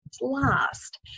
last